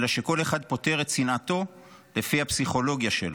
אלא שכל אחד פותר את שנאתו לפי הפסיכולוגיה שלו.